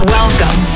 Welcome